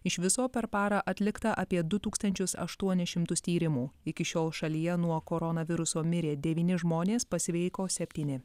iš viso per parą atlikta apie du tūkstančius aštuonis šimtus tyrimų iki šiol šalyje nuo koronaviruso mirė devyni žmonės pasveiko septyni